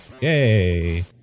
Yay